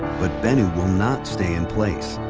but bennu will not stay in place.